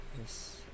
Yes